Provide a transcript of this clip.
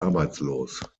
arbeitslos